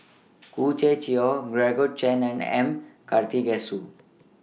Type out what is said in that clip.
Khoo Swee Chiow Georgette Chen and M Karthigesu